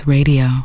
Radio